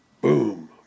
boom